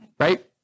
right